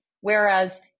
Whereas